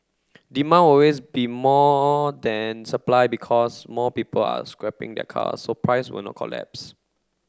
demand will always be more than supply because more people are scrapping their cars so price will not collapse